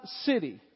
city